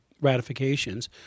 ratifications